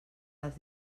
les